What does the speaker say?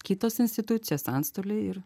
kitos institucijos antstoliai ir